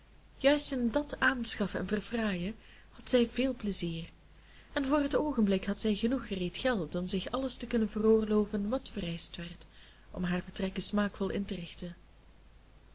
juist in dat aanschaffen en verfraaien had zij veel plezier en voor het oogenblik had zij genoeg gereed geld om zich alles te kunnen veroorloven wat vereischt werd om haar vertrekken smaakvol in te richten